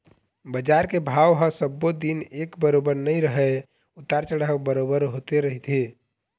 बजार के भाव ह सब्बो दिन एक बरोबर नइ रहय उतार चढ़ाव बरोबर होते रहिथे